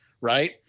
Right